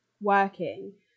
working